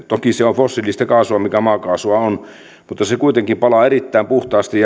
toki se on fossiilista kaasua mikä maakaasua on mutta se kuitenkin palaa erittäin puhtaasti